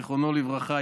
זיכרונו לברכה,